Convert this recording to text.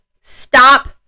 Stop